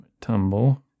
tumble